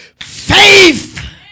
Faith